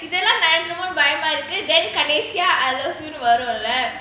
இதெல்லாம் நடக்குமோனு பயமா இருக்கு:ithellaam nadakumonu bayama irukku then கடைசியா:kadaisiyaa I love you வரும்ல:varumla